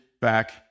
back